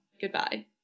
goodbye